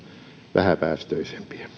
vähäpäästöisempiä